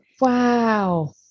Wow